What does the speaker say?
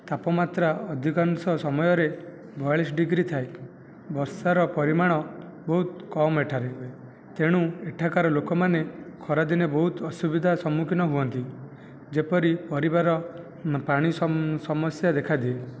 ତାପମାତ୍ରା ଅଧିକାଂଶ ସମୟରେ ବୟାଳିଶ ଡିଗ୍ରୀ ଥାଏ ବର୍ଷାର ପରିମାଣ ବହୁତ କମ ଏଠାରେ ହୁଏ ତେଣୁ ଏଠାକାର ଲୋକମାନେ ଖରାଦିନେ ବହୁତ ଅସୁବିଧା ସମ୍ମୁଖୀନ ହୁଅନ୍ତି ଯେପରି ପରିବାର ପାଣି ସମ୍ ସମସ୍ୟା ଦେଖାଦିଏ